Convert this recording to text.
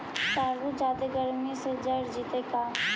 तारबुज जादे गर्मी से जर जितै का?